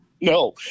No